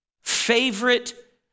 favorite